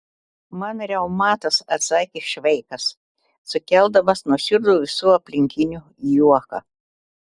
man reumatas atsakė šveikas sukeldamas nuoširdų visų aplinkinių juoką